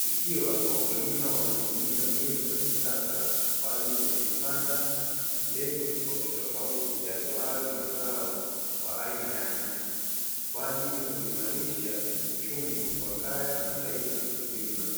ikiwa wakulima wametumia mbinu za kisasa kwa ajili ya kupanda mbegu tofautitofauti, yatoayo mazao kwa aina yake kwa ajili ya kuimarisha uchumi wa kaya na taifa kiujumla.